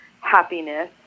happiness